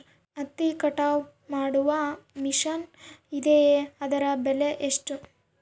ಹತ್ತಿ ಕಟಾವು ಮಾಡುವ ಮಿಷನ್ ಇದೆಯೇ ಅದರ ಬೆಲೆ ಎಷ್ಟು?